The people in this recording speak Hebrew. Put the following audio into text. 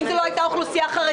אם זה לא היה אוכלוסייה חרדית,